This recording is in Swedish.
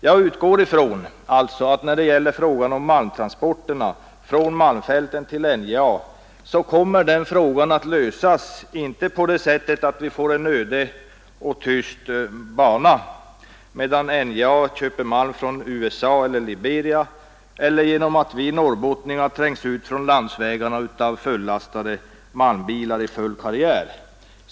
Jag utgår alltså ifrån att frågan om malmtransporterna från malmfälten till NJA kommer att lösas — inte på det sättet att vi får en öde och tyst bana medan NJA köper malmen från USA eller Liberia eller så att vi norrbottningar trängs ut från landsvägarna av fullastade malmbilar i full karriär.